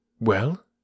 Well